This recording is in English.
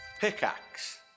Pickaxe